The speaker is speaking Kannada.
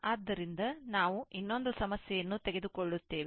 ಆದ್ದರಿಂದ ನಾವು ಇನ್ನೊಂದು ಸಮಸ್ಯೆಯನ್ನು ತೆಗೆದುಕೊಳ್ಳುತ್ತೇವೆ